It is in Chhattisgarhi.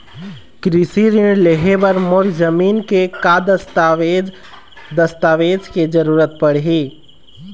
कृषि ऋण लेहे बर मोर जमीन के का दस्तावेज दस्तावेज के जरूरत पड़ही?